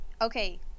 Okay